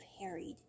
harried